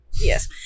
Yes